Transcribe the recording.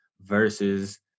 versus